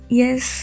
yes